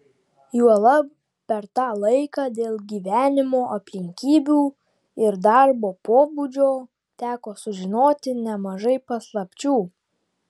juolab per tą laiką dėl gyvenimo aplinkybių ir darbo pobūdžio teko sužinoti nemažai paslapčių